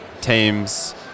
teams